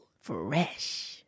Fresh